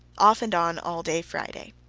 off and on, all day friday.